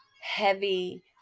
heavy